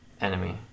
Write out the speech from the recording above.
Enemy